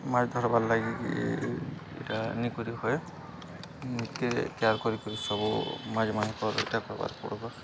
ମାଛ୍ ଧର୍ବାର୍ ଲାଗିି ଇ'ଟା ନି କରି ହୁଏ ନିଜ୍କେ ତେୟାର୍ କରିିକରି ସବୁ ମାଛ୍ ମାନଙ୍କର୍ ଇ'ଟା କରବାର୍ ପ